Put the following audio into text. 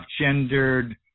gendered